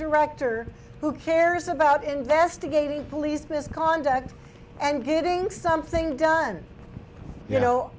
director who cares about investigating police misconduct and getting something done you know